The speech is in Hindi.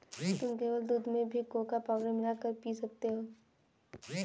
तुम केवल दूध में भी कोको पाउडर मिला कर पी सकते हो